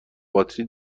باتری